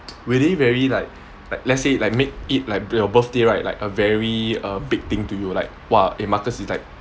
really very like like let's say like make it like your birthday right like a very big thing to you like !wah! eh marcus is like